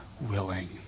willing